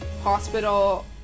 hospital